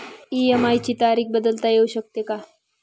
EMI ची तारीख बदलता येऊ शकते का?